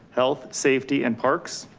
health, safety and parks.